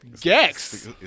Gex